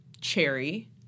Cherry